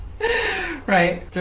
Right